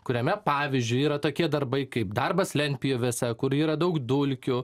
kuriame pavyzdžiui yra tokie darbai kaip darbas lentpjūvėse kur yra daug dulkių